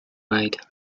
made